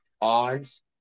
odds